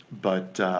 but